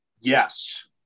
Yes